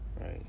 right